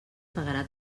pagarà